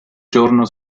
giorno